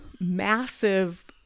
massive